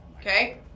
Okay